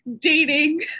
dating